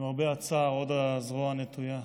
ולמרבה הצער עוד הזרוע נטויה.